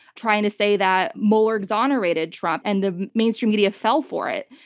trying to say that mueller exonerated trump, and the mainstream media fell for it.